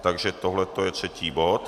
Takže tohle je třetí bod.